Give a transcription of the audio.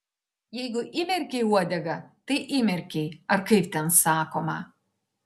jeigu įmerkei uodegą tai įmerkei ar kaip ten sakoma